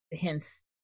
hence